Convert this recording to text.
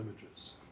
images